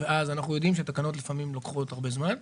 ואז אנחנו יודעים שלפעמים להתקין תקנות לוקח זמן רב,